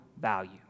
value